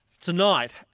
Tonight